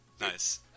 Nice